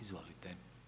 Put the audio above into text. Izvolite.